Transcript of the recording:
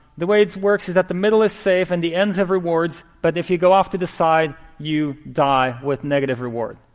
the way it works is that the middle is safe and the ends have rewards. but if you go off to the side, you die with negative reward.